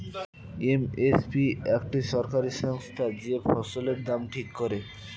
M S P একটি সরকারি সংস্থা যে ফসলের দাম ঠিক করে